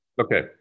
Okay